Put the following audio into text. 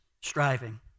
striving